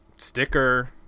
sticker